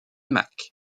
mac